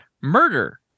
murder